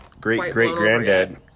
Great-great-granddad